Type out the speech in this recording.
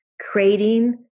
creating